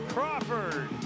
Crawford